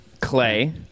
Clay